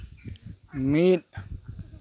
ᱢᱤᱫ